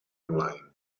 online